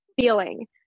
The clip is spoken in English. feeling